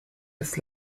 des